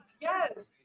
yes